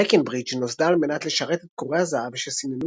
ברקנברידג' נוסדה על מנת לשרת את כורי הזהב שסיננו